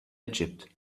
egypt